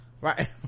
right